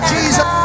Jesus